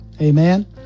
Amen